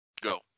Go